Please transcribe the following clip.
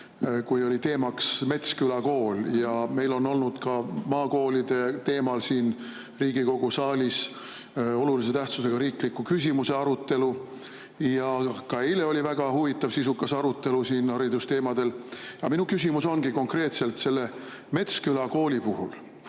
kui oli teemaks Metsküla kool. Meil on olnud maakoolide teemal siin Riigikogu saalis olulise tähtsusega riikliku küsimuse arutelu. Ja ka eile oli väga huvitav, sisukas arutelu siin haridusteemadel. Aga minu küsimus ongi konkreetselt selle Metsküla kooli kohta,